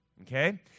okay